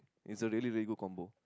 it's a really really good combo